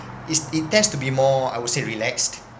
is it tends to be more I would say relaxed